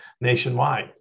nationwide